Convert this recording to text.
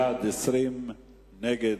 בעד, 20, נגד,